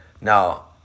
Now